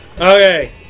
Okay